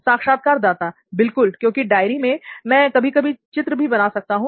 साक्षात्कारदाता बिल्कुल क्योंकि डायरी में मैं कभी कभी चित्र भी बना सकता हूं